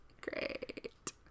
great